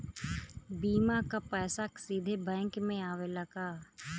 बीमा क पैसा सीधे बैंक में आवेला का?